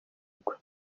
igwa